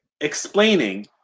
explaining –